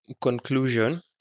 conclusion